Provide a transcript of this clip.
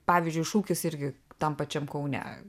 pavyzdžiui šūkis irgi tam pačiam kaune